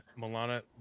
milana